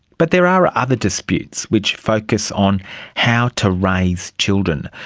but there are other disputes which focus on how to raise children.